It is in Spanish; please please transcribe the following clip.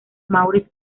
maurice